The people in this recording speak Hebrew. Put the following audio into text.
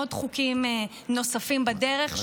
חוקים נוספים בדרך,